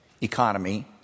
economy